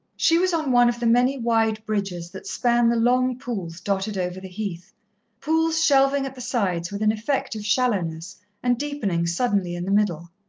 she was on one of the many wide bridges that span the long pools dotted over the heath pools shelving at the sides with an effect of shallowness and deepening suddenly in the middle.